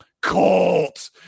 cult